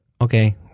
okay